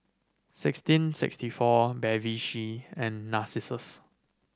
sixteen sixty four Bevy C and Narcissus